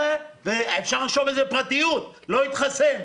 אפשר לחשוב איזה פרטיות לא התחסן.